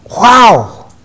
Wow